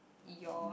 eat yours